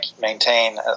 maintain